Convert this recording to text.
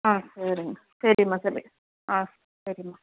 ம் சரிங்க சரிம்மா சரி ஆ சரிம்மா